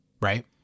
right